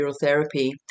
Therapy